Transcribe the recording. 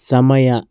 ಸಮಯ